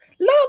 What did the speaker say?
Love